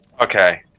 okay